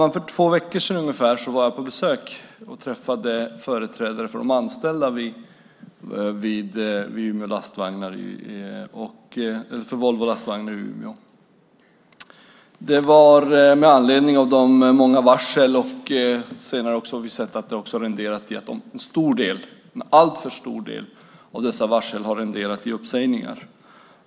För ungefär två veckor sedan var jag på besök och träffade företrädare för de anställda vid Volvo Lastvagnar i Umeå. Det var med anledning av de många varslen. Senare har det visat sig att en alltför stor del av dessa varsel har resulterat i uppsägningar.